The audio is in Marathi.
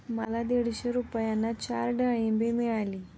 मला दीडशे रुपयांना चार डाळींबे मिळाली